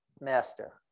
master